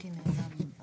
אז אני גם אתייחס גיל גם